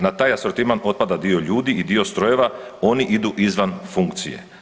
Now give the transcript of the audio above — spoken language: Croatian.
Na taj asortiman otpada dio ljudi i dio strojeva, oni idu izvan funkcije.